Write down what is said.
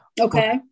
Okay